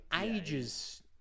ages